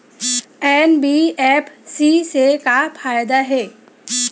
NBFC से का फ़ायदा हे?